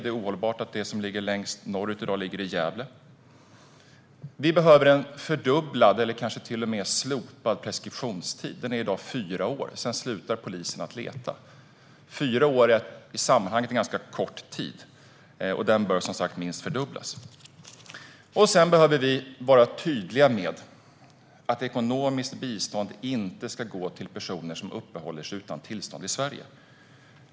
Det är ohållbart att det som ligger längst norrut i dag ligger i Gävle. Vi behöver en fördubblad, eller kanske till och med slopad, preskriptionstid. Den är i dag fyra år. Sedan slutar polisen att leta. Fyra år är i sammanhanget en ganska kort tid, och den bör, som sagt, minst fördubblas. Sedan behöver vi vara tydliga med att ekonomiskt bistånd inte ska gå till personer som uppehåller sig utan tillstånd i Sverige.